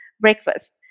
breakfast